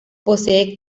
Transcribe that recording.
posee